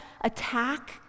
attack